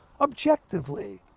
objectively